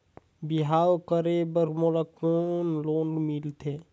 बिहाव करे बर मोला लोन कइसे मिलही?